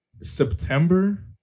September